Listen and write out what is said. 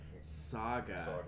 Saga